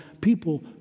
people